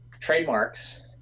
trademarks